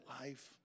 life